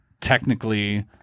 technically